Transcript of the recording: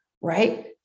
right